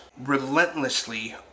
Relentlessly